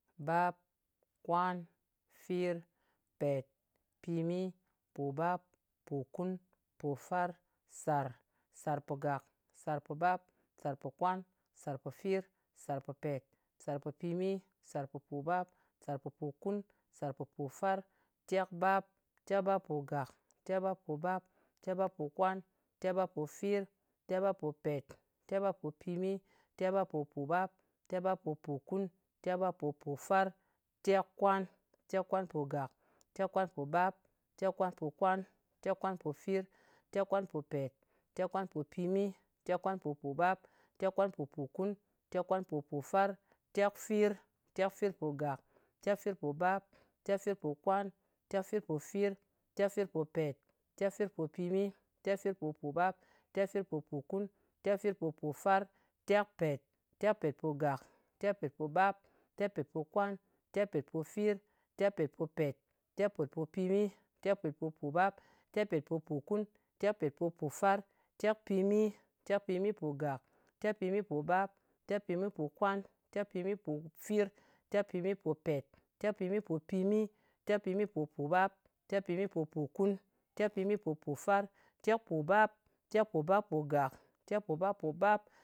Bap, kwan, fir, pèt, pimi, pòbap, pòkun, pòfar, sar. Sàrpògàk sàrpòbap, sàrpòkwan, sàrpòfir, sàrpòpèt, sàrpòpimi, sàrpòpòbap, sàrpòpòkun, sàrpòpòfar, tekbap. Tekbapogàk, tekbapobap, tekbapokwan, tekbapofir, tekbapopèt, tekbapopimi, tekbapopòbap, tekbapopòkun, tekbapopòr, tekbapokwan, tekkwanpògàk, tekkwanpobap, tekkwanpokwan, tekkwanpofir, tekkwanpopèt, tekkwanpopimi, tekkwanpopòbap, tekkwanpopkun, tekkwanpopòfar, tekfir. Tekfirpogàk, tekfirpobap, tekfirpokwan, tekfirpopet, tekfirpopimi, tekfirpopòbap, tekfirpopòkun, tekfirpopòfar, tekpèt. Tekpetpogàk, tekpetpobap, tekpetpopokwan, tekpetpofir, tekpetpopet, tekpetpopimi, tekpetpopòbap, tekpetpopòkun, tekpetpopòfar, tekpimi. Tekpimipogàk, tekpimipobap, tekpimipokwan, tekpimipofir, tekpimipopèt, tekpimipopimi, tekpimipopòbap, tekpimipopòkun, tekpimipopòfar, tekpòbap, Tekpòbappogàk, tekpòbappobap,